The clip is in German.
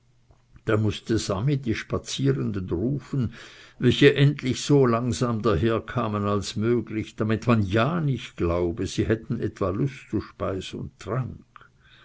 da mußte sami die spazierenden rufen welche endlich so langsam daherkamen als möglich damit man ja nicht glaube sie hätten etwa lust zu speis und trank